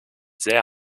sehr